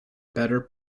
better